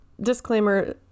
Disclaimer